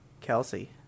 Kelsey